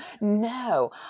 No